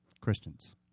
Christians